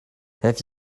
have